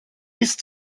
bis